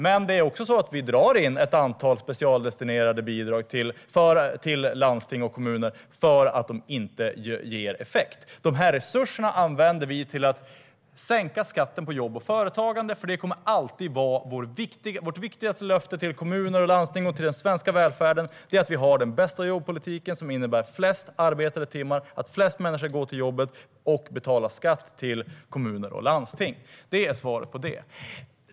Men vi drar också in ett antal specialdestinerade bidrag till landsting och kommuner, på grund av att de inte ger effekt. De resurserna använder vi till att sänka skatten på jobb och företagande. Vårt viktigaste löfte till kommuner och landsting och till den svenska välfärden kommer alltid att vara att vi har den bästa jobbpolitiken. Den leder till flest arbetade timmar och till att flest människor går till jobbet och betalar skatt till kommuner och landsting. Det var svaret på den frågan.